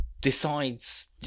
decides